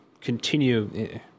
continue